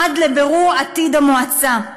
עד לבירור עתיד המועצה.